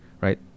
right